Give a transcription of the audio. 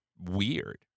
weird